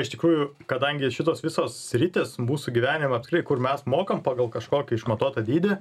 iš tikrųjų kadangi šitos visos sritys mūsų gyvenimo apskrai kur mes mokam pagal kažkokį išmatuotą dydį